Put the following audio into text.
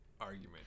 argument